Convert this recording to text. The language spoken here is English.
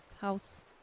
house